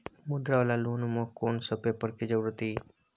मुद्रा वाला लोन म कोन सब पेपर के जरूरत इ?